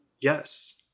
Yes